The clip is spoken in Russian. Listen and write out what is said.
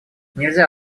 нельзя